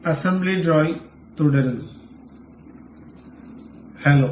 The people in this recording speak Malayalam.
അസംബ്ലി ഡ്രോയിംഗ്തുടരുന്നു ഹലോ